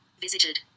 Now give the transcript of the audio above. Visited